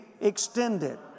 extended